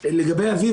לגבי מה שאמר אביב,